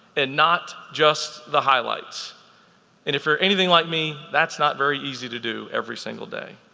and not just the highlights. and if you're anything like me, that's not very easy to do every single day.